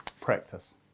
practice